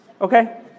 Okay